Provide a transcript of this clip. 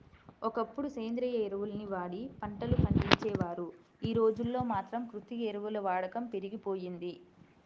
ఒకప్పుడు సేంద్రియ ఎరువుల్ని వాడి పంటలు పండించేవారు, యీ రోజుల్లో మాత్రం కృత్రిమ ఎరువుల వాడకం పెరిగిపోయింది